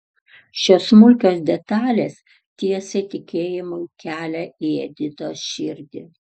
šios smulkios detalės tiesė tikėjimui kelią į editos širdį